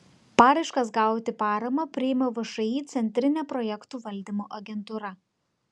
paraiškas gauti paramą priima všį centrinė projektų valdymo agentūra